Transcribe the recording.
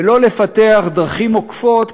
ולא לפתח דרכים עוקפות,